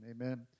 amen